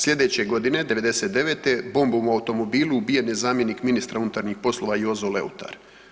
Slijedeće godine '99.-te bombom u automobilu ubijen je zamjenik ministra unutarnjih poslova Jozo Leutar.